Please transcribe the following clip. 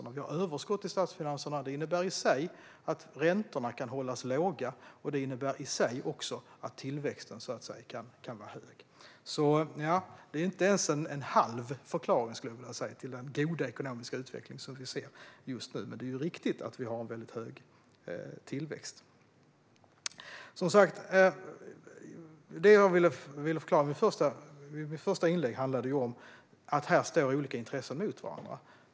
Att vi har överskott i statsfinanserna innebär i sig att räntorna kan hållas låga, och det innebär också i sig att tillväxten kan vara hög. Jesper Skalberg Karlsson ger alltså inte ens en halv förklaring, skulle jag vilja säga, till den goda ekonomiska utveckling vi ser just nu. Det är dock riktigt att vi har en stor tillväxt. Det jag ville förklara i mitt tidigare inlägg var att olika intressen står mot varandra.